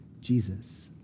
Jesus